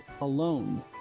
alone